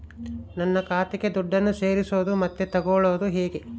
ನನ್ನ ಖಾತೆಗೆ ದುಡ್ಡನ್ನು ಸೇರಿಸೋದು ಮತ್ತೆ ತಗೊಳ್ಳೋದು ಹೇಗೆ?